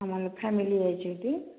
आम्हाला फॅमिली यायची होती